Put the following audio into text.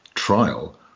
trial